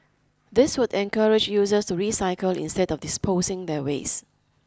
this would encourage users to recycle instead of disposing their waste